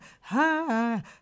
high